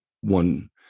one